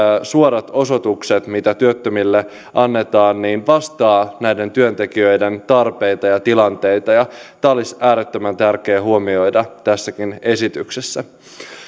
suorat osoitukset mitä työttömille annetaan vastaa näiden työntekijöiden tarpeita ja tilanteita ja tämä olisi äärettömän tärkeä huomioida tässäkin esityksessä